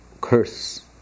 curse